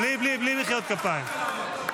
בלי מחיאות כפיים.